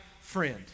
friend